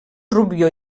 rubió